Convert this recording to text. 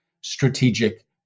strategic